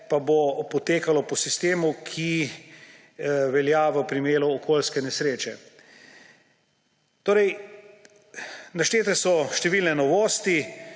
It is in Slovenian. pa bo potekalo po sistemu, ki velja v primeru okolijske nesreče. Naštete so številne novosti,